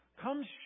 comes